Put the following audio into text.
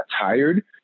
tired